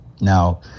now